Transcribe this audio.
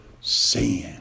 sin